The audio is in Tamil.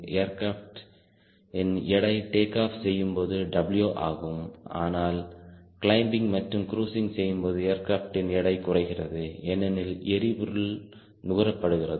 ஏர்க்ரப்ட் இன் எடை டேக் ஆப் செய்யும்போது W ஆகும் ஆனால் கிளிம்பிங் மற்றும் குரூஸிங் செய்யும்போது ஏர்கிராப்ட் இன் எடை குறைகிறது ஏனெனில் எரிபொருள் நுகரப்படுகிறது